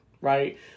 right